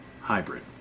hybrid